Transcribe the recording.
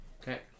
Okay